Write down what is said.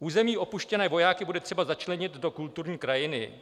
Území opuštěné vojáky bude třeba začlenit do kulturní krajiny.